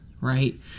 right